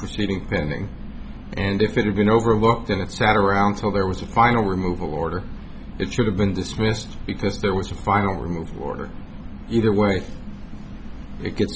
pending and if it had been overlooked and it sat around till there was a final removal order it should have been dismissed because there was a final removal order either way it gets